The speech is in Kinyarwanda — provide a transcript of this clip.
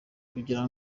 kugira